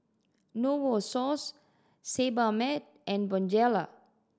Novosource Sebamed and Bonjela